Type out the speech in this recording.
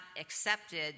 accepted